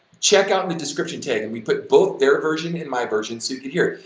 check out the description tag and we put both their version and my version suited here.